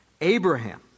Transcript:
Abraham